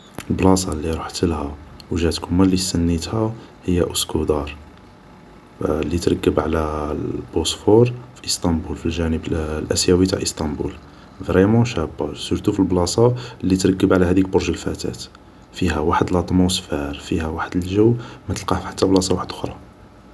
البلاصة لي روحتلها و جات كيما لي ستنيتها هي اوسكودار لي ترقب على البوسفور في اسطنبول في الجانب الاسيوي تاع اسطنبول فريمون شابة سرتو في البلاصة لي ترڨب على هاديك برج الفتاة فيها وحد الاتموسفار فيها وحد الجو متلقاه في حتى بلاصة وحدوخرا